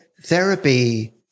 therapy